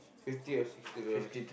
fifty or sixty dollars